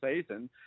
season